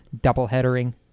doubleheadering